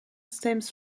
stems